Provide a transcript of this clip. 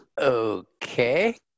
okay